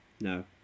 No